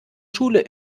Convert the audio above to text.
schule